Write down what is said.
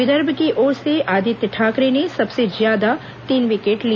विदर्भ की ओर से आदित्य ठाकरे ने सबसे ज्यादा तीन विकेट लिए